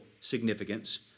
significance